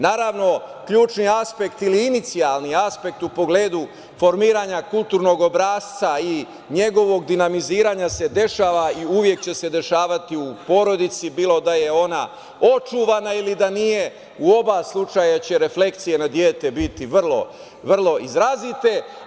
Naravno, ključni aspekt, ili inicijalni aspekt u pogledu formiranja kulturnog obrasca i njegovog dinamiziranja se dešava i uvek će se dešavati u porodici, bilo da je ona očuvana ili nije, u oba slučaja će reflekcije na dete biti vrlo izrazite.